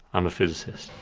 i'm a physicist.